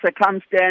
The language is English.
circumstance